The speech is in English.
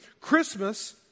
Christmas